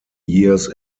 years